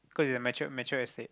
cos it's a mature mature estate